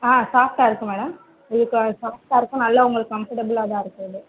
ஆ சாஃப்ட்டாக இருக்குது மேடம் இது கொஞ்சம் சாஃப்ட்டாக இருக்கும் நல்லா உங்களுக்கு கம்ஃபர்ட்டப்பில்லாக தான் இருக்கும் இது